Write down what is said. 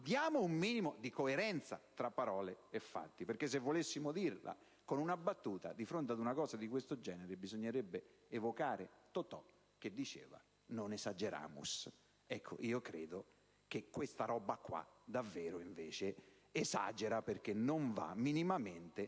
avere un minimo di coerenza tra le parole e i fatti, perché, se volessimo dirla con una battuta, di fronte ad una cosa di questo genere, bisognerebbe evocare Totò che diceva «non esageramus». Ecco, credo che queste disposizioni davvero esagerino, perché non vanno minimamente nella